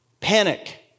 Panic